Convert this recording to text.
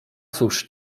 cóż